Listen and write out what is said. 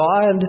God